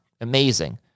amazing